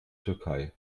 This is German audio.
türkei